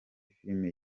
filimi